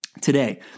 today